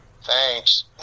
thanks